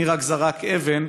מי רק זרק אבן,